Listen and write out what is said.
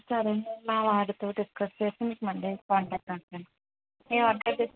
సరే అండి మా వారితో డిస్కస్ చేసి మీకు మండే కాంటాక్ట్ అవుతాను మేము అప్డేట్ ఇస్